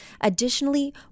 Additionally